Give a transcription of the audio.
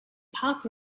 park